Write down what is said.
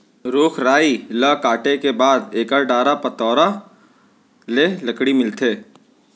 रूख राई ल काटे के बाद एकर डारा पतोरा ले लकड़ी मिलथे